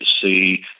see